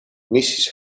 mrs